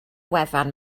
wefan